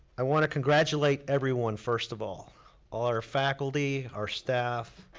i wanna congratulate everyone, first of all. all our faculty, our staff,